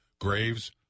Graves